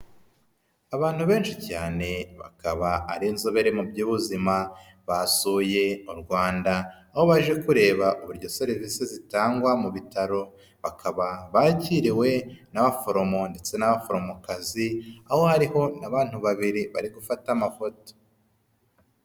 Abantu benshi cyane bakaba ari inzobere mu by'ubuzima, basuye u Rwanda aho baje kureba uburyo serivisi zitangwa mu bitaro, bakaba bakiriwe n'abaforomo ndetse n'abaforomokazi, aho hariho n'abantu babiri bari gufata amafoto.